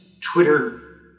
twitter